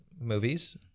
Movies